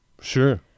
sure